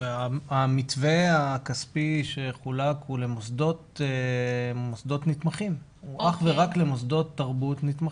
המתווה הכספי שחולק הוא אך ורק למוסדות תרבות נתמכים.